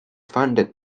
funded